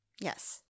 Yes